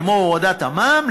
כמו הורדת המע"מ,